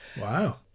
Wow